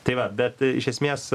tai va bet iš esmės